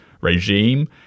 regime